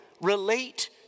relate